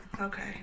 Okay